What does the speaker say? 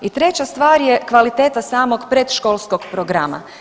I treća stvar je kvaliteta samog predškolskog programa.